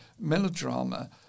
melodrama